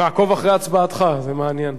נעקוב אחרי הצבעתך, זה מעניין.